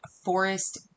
forest